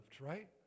right